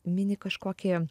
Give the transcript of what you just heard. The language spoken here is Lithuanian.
mini kažkokį